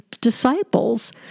disciples